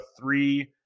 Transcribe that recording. three